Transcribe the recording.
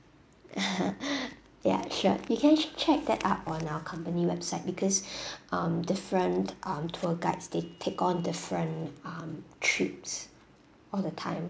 ya sure you can actually check that up on our company website because um different um tour guides they take on different um trips all the time